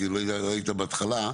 כי לא היית בהתחלה,